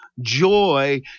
joy